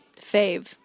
fave